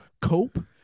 cope